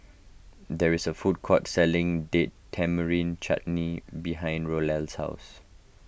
there is a food court selling Date Tamarind Chutney behind Roel's house